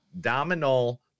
Domino